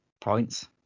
points